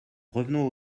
revenons